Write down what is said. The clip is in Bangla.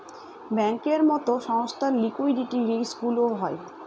ব্যাঙ্কের মতো সংস্থার লিকুইডিটি রিস্কগুলোও হয়